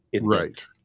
Right